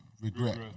regret